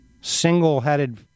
single-headed